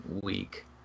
week